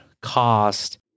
cost